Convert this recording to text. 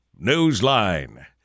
Newsline